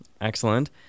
Excellent